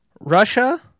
Russia